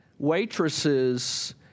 waitresses